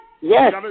Yes